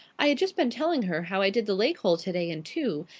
i had just been telling her how i did the lake-hole today in two,